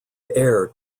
heir